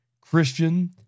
Christian